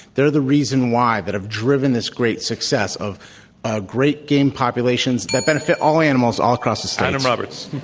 they're the reason why that have driven this great success of ah great game populations that benefit all animals all across the states. adam roberts.